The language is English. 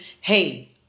hey